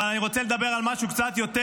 אבל אני רוצה לדבר על משהו קצת יותר